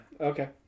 Okay